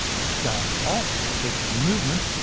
it starts off affecting movement,